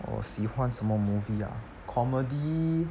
我喜欢什么 movie ah comedy